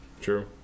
True